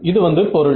இது வந்து பொருள்